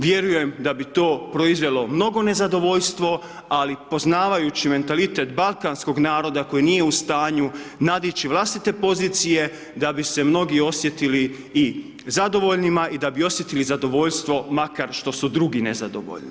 Vjerujem da bi to proizvelo mnogo nezadovoljstvo ali poznavajući mentalitet balkanskog naroda koji nije u stanju nadići vlastite pozicije da bi se mnogi osjetili i zadovoljnima i da bi osjetili zadovoljstvo makar što su drugi nezadovoljni.